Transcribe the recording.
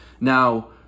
Now